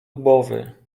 głowy